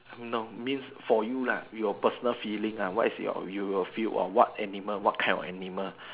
no means for you lah your personal feeling uh what's your you will feel or what animal what kind of animal